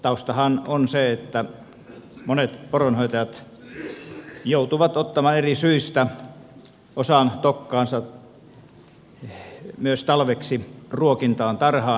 taustahan on se että monet poronhoitajat joutuvat ottamaan eri syistä osan tokkaansa myös talveksi ruokintaan tarhaan